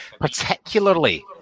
particularly